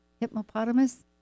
Hippopotamus